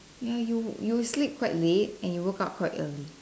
ya you you sleep quite late and you woke up quite early